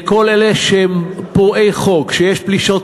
לכל אלה שהם פורעי חוק,